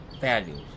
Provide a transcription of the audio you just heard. values